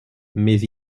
mais